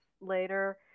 later